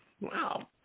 Wow